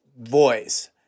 voice